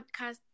podcast